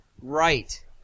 Right